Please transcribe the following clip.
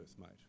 mate